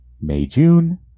May-June